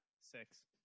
Six